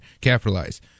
capitalize